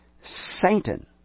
Satan